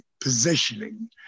positioning